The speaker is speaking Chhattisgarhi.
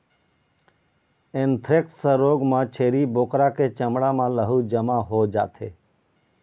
एंथ्रेक्स रोग म छेरी बोकरा के चमड़ा म लहू जमा हो जाथे